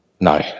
No